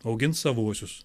augins savuosius